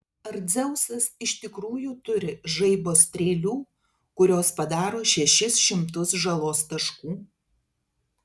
ar dzeusas iš tikrųjų turi žaibo strėlių kurios padaro šešis šimtus žalos taškų